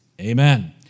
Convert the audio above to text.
Amen